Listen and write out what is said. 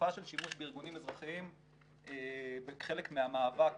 בארגונים אזרחיים כחלק מהמאבק